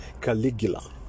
Caligula